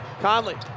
Conley